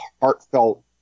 heartfelt